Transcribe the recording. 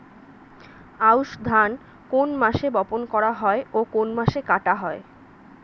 আউস ধান কোন মাসে বপন করা হয় ও কোন মাসে কাটা হয়?